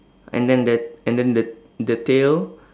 and then the and then the the tail